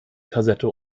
kassette